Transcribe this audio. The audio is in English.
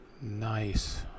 Nice